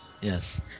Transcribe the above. Yes